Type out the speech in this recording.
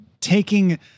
taking